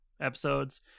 episodes